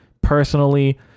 personally